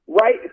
Right